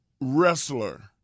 wrestler